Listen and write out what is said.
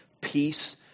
peace